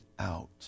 out